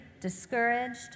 discouraged